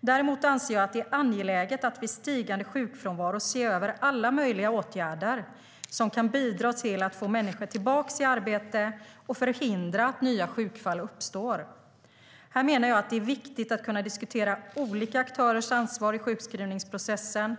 Däremot anser jag att det är angeläget att vid stigande sjukfrånvaro se över alla möjliga åtgärder som kan bidra till att få människor tillbaka i arbete och förhindra att nya sjukfall uppstår. Här menar jag att det är viktigt att kunna diskutera olika aktörers ansvar i sjukskrivningsprocessen,